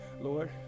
Lord